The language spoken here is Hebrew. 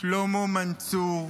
שלמה מנצור,